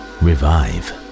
revive